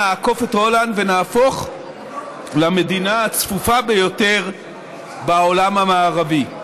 נעקוף את הולנד ונהפוך למדינה הצפופה ביותר בעולם המערבי.